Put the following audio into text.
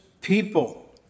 people